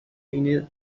اینه